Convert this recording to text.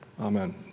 Amen